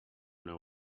know